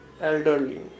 elderly